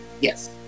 Yes